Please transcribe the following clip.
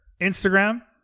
Instagram